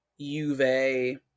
Juve